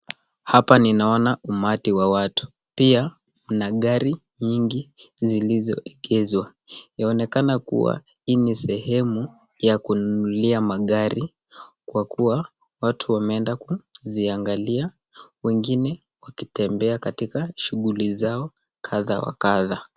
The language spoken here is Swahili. Hapa ninaona umati Wa watu. Pia Kuna gari mingi zilizo egezwa . Inaonekana kuwa hii ni sehemu ya kununulia magari kwa kuwa watu wameenda kuziangalia , wengine wakitembea katika shughuli zao za kadha Wa kadha.